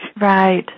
Right